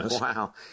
Wow